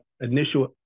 initial